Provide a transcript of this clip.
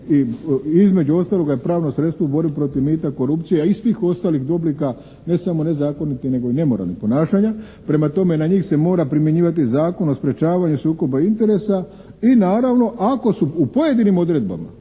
i između ostaloga je pravno sredstvo u borbi protiv mita, korupcije, a i svih ostalih duplika, ne samo nezakonitih nego i nemoralnih ponašanja. Prema tome, na njih se mora primjenjivati Zakon o sprječavanju sukoba interesa i naravno ako su u pojedinim odredbama